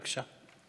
בבקשה.